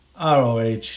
ROH